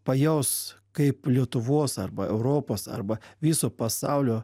pajaus kaip lietuvos arba europos arba viso pasaulio